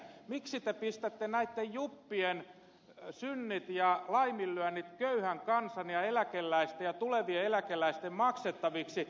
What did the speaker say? miksi te pistätte näitten juppien synnit ja laiminlyönnit köyhän kansan ja eläkeläisten ja tulevien eläkeläisten maksettaviksi